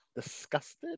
disgusted